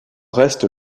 reste